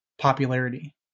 popularity